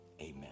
Amen